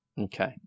Okay